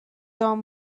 جان